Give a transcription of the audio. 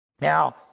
Now